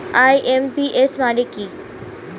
IMPS মানে কি?